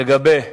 לגבי